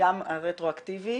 גם הרטרואקטיבי